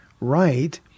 right